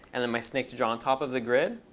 and then my snake to draw and top of the grid.